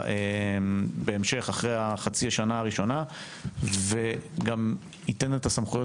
אחרי חצי השנה הראשונה; וגם ייתן את הסמכויות